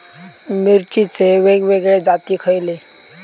मिरचीचे वेगवेगळे जाती खयले?